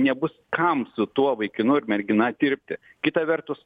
nebus kam su tuo vaikinu ar mergina dirbti kita vertus